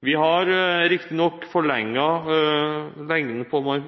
Vi har riktignok forlenget lengden på hvor